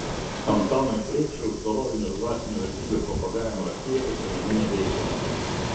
antanui preikšai už dorovinių ir dvasinių vertybių propagavimą ir aktyvią visuomeninę veiklą